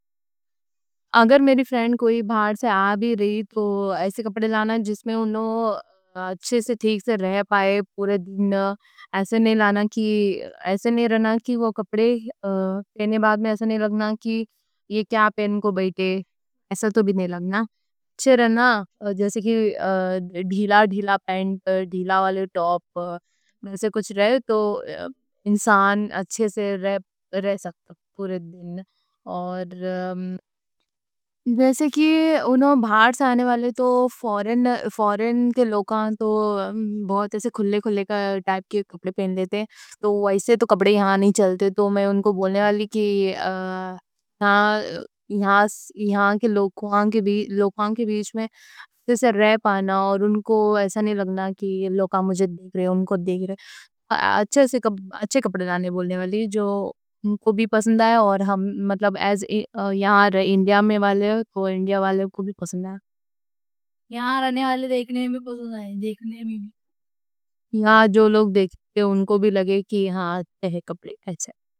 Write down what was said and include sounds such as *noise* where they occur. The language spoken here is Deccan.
اگر میری فرینڈ کوئی بھارت سے آ بھی رہی تو ایسے کپڑے لانا۔ جس میں *hesitation* انہوں اچھے سے ٹھیک سے رہ پائے پورے دن، ایسے نہیں رہنا۔ کہ وہ *hesitation* کپڑے پہننے کے بعد میں ایسے نہیں لگنا کہ یہ کیا پہن کو بیٹھے۔ ایسا تو بھی نہیں لگنا۔ اچھے رہنا جیسے *hesitation* کی ڈھیلا ڈھیلا پینٹ، ڈھیلا والے ٹاپ، ایسے کچھ رہے۔ *hesitation* تو انسان اچھے سے *hesitation* رہ سکتا ہے۔ جیسے کہ انہوں بھارت سے آنے والے تو *hesitation* فورین کے لوکاں تو بہت کھلے کھلے ٹاپ کے کپڑے پہن لیتے ہیں، تو ویسے تو کپڑے یہاں نہیں چلتے۔ تو میں انہوں کو بولنے والی کہ یہاں کے *hesitation* لوکاں کے بیچ میں اچھے سے رہ پائنا۔ اور انہوں کو ایسا نہیں لگنا کہ لوکاں مجھے دیکھ رہے، انہوں کو دیکھ رہے *hesitation* اچھے کپڑے لانے بولنے والی۔ جو انہوں کو بھی پسند آئے۔ یہاں رہے انڈیا میں والے تو انڈیا والے کو بھی پسند آئے۔ یہاں رہنے *noise* والے دیکھنے میں بھی پسند آئے۔ دیکھنے میں بھی پسند آئے۔ یہاں جو لوگ دیکھتے ہیں۔ ان کو بھی لگے کہ یہاں کپڑے ایسے ہیں۔